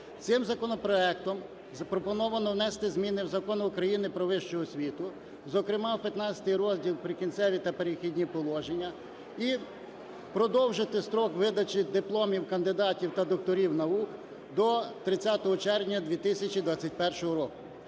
Цим законопроектом запропоновано внести зміни в Закон України "Про вищу освіту", зокрема в XV розділ "Прикінцеві та перехідні положення", і продовжити строк видачі дипломів кандидатів та докторів наук до 30 червня 2021 року.